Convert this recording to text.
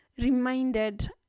reminded